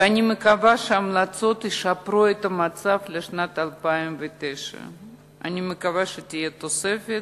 ואני מקווה שההמלצות ישפרו את המצב של שנת 2009. אני מקווה שתהיה תוספת.